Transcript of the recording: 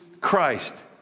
Christ